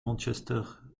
manchester